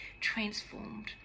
transformed